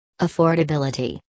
Affordability